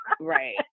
Right